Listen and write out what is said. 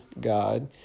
God